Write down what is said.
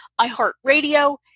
iHeartRadio